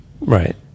Right